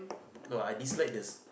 no I dislike the